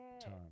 time